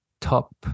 top